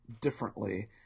differently